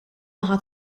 naħa